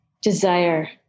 desire